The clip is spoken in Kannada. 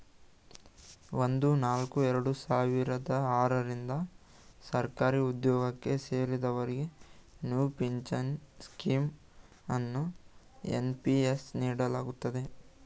ಒಂದು ನಾಲ್ಕು ಎರಡು ಸಾವಿರದ ಆರ ರಿಂದ ಸರ್ಕಾರಿಉದ್ಯೋಗಕ್ಕೆ ಸೇರಿದವರಿಗೆ ನ್ಯೂ ಪಿಂಚನ್ ಸ್ಕೀಂ ಅನ್ನು ಎನ್.ಪಿ.ಎಸ್ ನೀಡಲಾಗುತ್ತದೆ